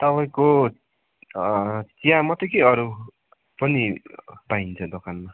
तपाईँको चिया मात्रै कि अरू पनि पाइन्छ दोकानमा